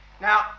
Now